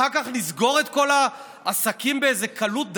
אחר כך נסגור את כל העסקים באיזו קלות דעת?